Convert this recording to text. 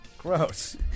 Gross